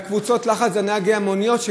וקבוצות הלחץ זה נהגי המוניות,